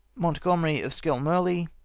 montgomery of skelmurly.